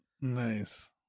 Nice